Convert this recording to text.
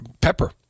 pepper